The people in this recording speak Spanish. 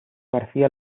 garcía